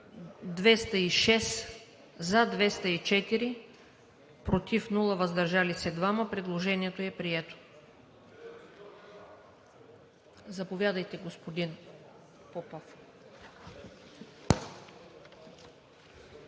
за 204, против няма, въздържали се 2. Предложението е прието. Заповядайте, господин Попов.